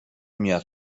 میاد